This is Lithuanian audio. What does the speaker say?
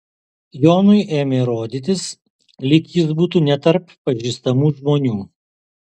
jonui ėmė rodytis lyg jis būtų ne tarp pažįstamų žmonių